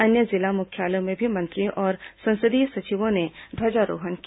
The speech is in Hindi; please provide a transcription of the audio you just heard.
अन्य जिला मुख्यालयों में भी मंत्रियों और संसदीय सचिवों ने ध्वजारोहण किया